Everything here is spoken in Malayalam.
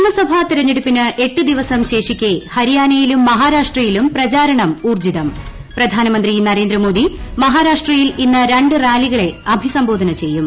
നിയമസഭാ തെരഞ്ഞെടുപ്പിന് എട്ട് ദിവസം ശേഷിക്കെ ഹരിയാനയിലും മഹാരാഷ്ട്രയിലും പ്രചാരണം ഊർജ്ജിതം പ്രധാനമന്ത്രി നരേന്ദ്രമോദി മഹാരാഷ്ട്രയിൽ ഇന്ന് രണ്ട് റാലികളെ അഭിസംബോധന ചെയ്യും